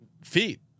feet